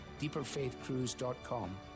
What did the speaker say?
deeperfaithcruise.com